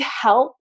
help